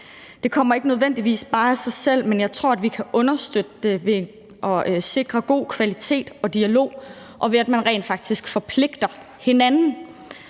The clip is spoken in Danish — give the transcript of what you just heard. Det kommer ikke nødvendigvis bare af sig selv. Men jeg tror, at vi kan understøtte det ved at sikre god kvalitet og dialog, og ved at man rent faktisk forpligter hinanden.